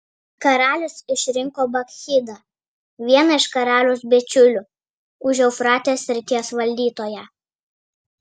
karalius išrinko bakchidą vieną iš karaliaus bičiulių užeufratės srities valdytoją